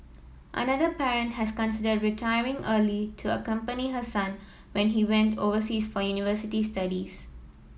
another parent had considered retiring early to accompany her son when he went overseas for university studies